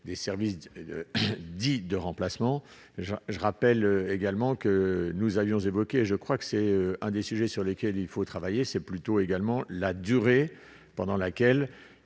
des services et de 10 de remplacement, je rappelle également que nous avions évoqué, je crois que c'est un des sujets sur lesquels il faut travailler, c'est plutôt également la durée pendant laquelle